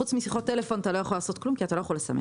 חוץ משיחות טלפון אתה לא יכול לעשות כלום כי אתה לא יכול לסמס.